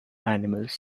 animals